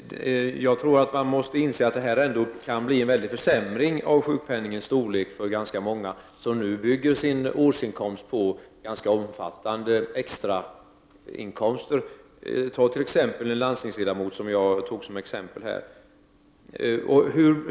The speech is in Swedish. Herr talman! Jag tror att man måste inse att det här kan bli en stor försämring av sjukpenningen för ganska många som nu bygger sin årsinkomst på ganska omfattande extrainkomster. Det gäller t.ex. för en landstingsledamot, som jag tog som exempel i min fråga.